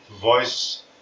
voice